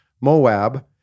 Moab